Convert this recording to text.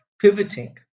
pivoting